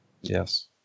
Yes